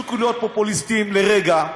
שתפסיקו להיות פופוליסטים לרגע,